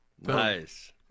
Nice